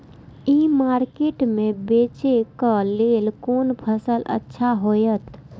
ई market में बेचेक लेल कोन फसल अच्छा होयत?